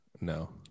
no